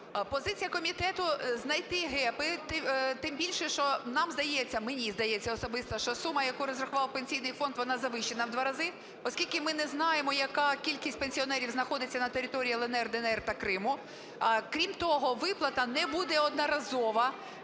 Позиція комітету: знайти гепи, тим більше, що нам здається, мені здається особисто, що сума, яку розрахував Пенсійний фонд, вона завищена в 2 рази, оскільки ми не знаємо, яка кількість пенсіонерів знаходиться на території "ЛНР", "ДНР" та Криму. Крім того, виплата не буде одноразова,